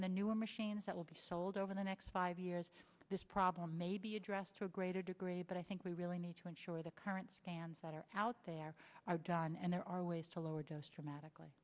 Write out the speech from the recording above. on the newer machines that will be sold over the next five years this problem may be dressed to a greater degree but i think we really need to ensure the current stands that are out there are done and there are ways to lower dose dramatically